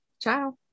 Ciao